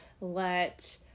let